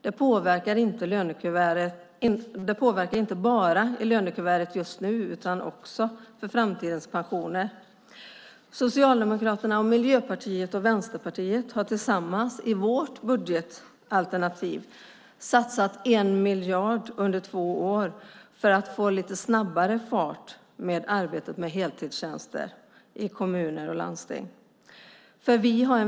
Det påverkar inte bara lönekuvertet just nu utan också framtidens pensioner. Socialdemokraterna, Miljöpartiet och Vänsterpartiet har tillsammans i sitt budgetalternativ satsat 1 miljard under två år för att snabba på arbetet med heltidstjänster i kommuner och landsting.